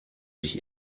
sich